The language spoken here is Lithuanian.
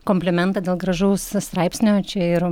komplimentą dėl gražaus straipsnio čia ir